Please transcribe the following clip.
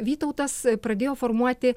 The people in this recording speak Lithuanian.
vytautas pradėjo formuoti